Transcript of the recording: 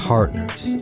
Partners